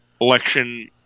election